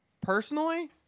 personally